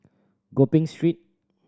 Gopeng Street